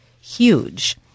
huge